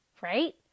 Right